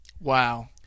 Wow